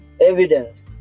evidence